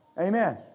Amen